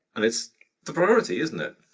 and it's the priority isn't it?